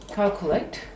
calculate